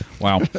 Wow